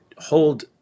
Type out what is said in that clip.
hold